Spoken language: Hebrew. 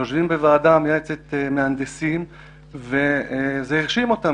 יושבים בוועדה המייעצת מהנדסים וזה הרשים אותם